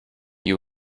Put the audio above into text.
you